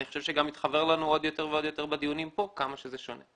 אני חושב שגם התחוור לנו עוד יותר ועוד יותר בדיונים כאן כמה זה שונה.